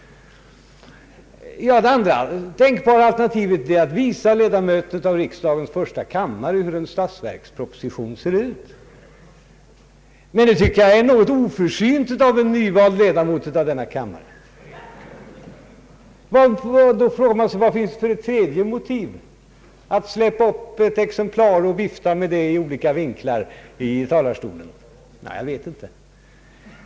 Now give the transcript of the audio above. Det andra tänkbara alternativet var att han ville visa ledamöterna av riksdagens första kammare hur en statsverksproposition ser ut, men det tycker jag är oförsynt av en nyvald ledamot av denna kammare. Då frågar man sig vilket tredje motiv det fanns för att släpa upp ett exemplar av statsverkspropositionen i talarstolen och vifta med det i olika vinklar. Jag vet inte.